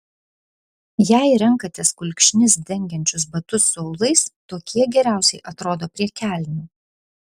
jei renkatės kulkšnis dengiančius batus su aulais tokie geriausiai atrodo prie kelnių